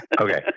Okay